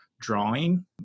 drawing